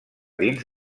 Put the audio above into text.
dins